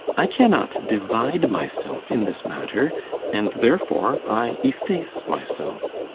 i cannot divide myself in this matter and therefore i efface myself.